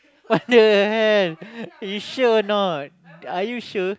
what the hell you sure or not are you sure